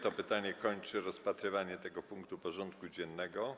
To pytanie kończy rozpatrywanie tego punktu porządku dziennego.